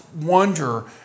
wonder